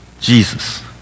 Jesus